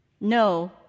No